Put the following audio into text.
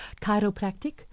Chiropractic